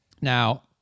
Now